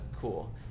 cool